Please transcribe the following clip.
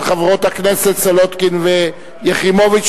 של חברות הכנסת סולודקין ויחימוביץ,